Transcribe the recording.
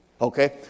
Okay